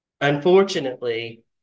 Unfortunately